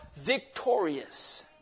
victorious